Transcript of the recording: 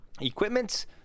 equipment